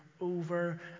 over